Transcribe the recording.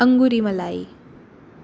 अंगुरी मलाई